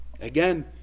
Again